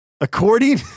According